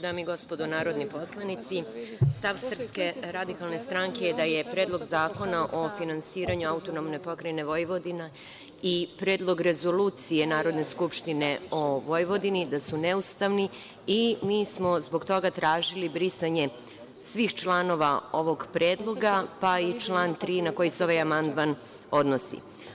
Dame i gospodo narodni poslanici, stav SRS je da je Predlog zakona o finansiranju AP Vojvodina i Predlog rezolucije Narodne skupštine o Vojvodini, da su neustavni i mi smo zbog toga tražili brisanje svih članova ovog predloga, pa i član 3. na koji se ovaj amandman odnosi.